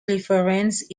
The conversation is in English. referenced